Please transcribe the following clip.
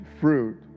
fruit